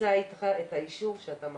תישא אתך את האישור שאתה מחלים.